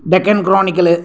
Deccan Chronicle